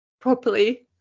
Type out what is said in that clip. properly